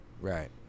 Right